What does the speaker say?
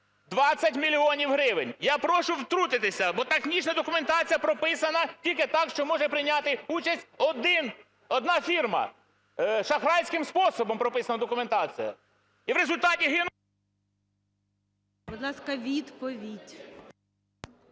20 мільйонів гривень. Я прошу втрутитися, бо технічна документація прописана тільки так, що може прийняти участь одна фірма. Шахрайським способом прописано в документації. І в результаті гинуть… ГОЛОВУЮЧИЙ. Будь ласка, відповідь.